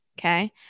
Okay